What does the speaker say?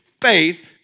faith